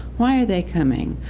why are they coming?